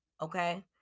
okay